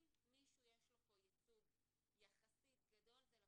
אם למישהו יש כאן ייצוג יחסית גדול, זה לקואליציה.